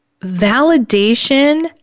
Validation